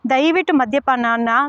ದಯವಿಟ್ಟು ಮದ್ಯಪಾನಾನ್ನ